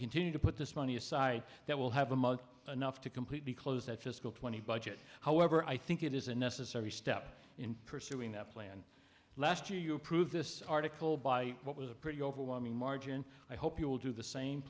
continue to put this money aside that will have a mug enough to completely close that fiscal twenty budget however i think it is a necessary step in pursuing that plan last year you approve this article by what was a pretty overwhelming margin i hope you will do the same